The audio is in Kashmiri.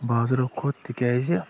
بازرو کھۄتہٕ تِکیازِ